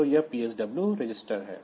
तो यह PSW register है